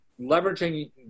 leveraging